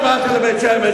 עכשיו דיברתי עם בית-שמש,